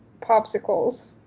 popsicles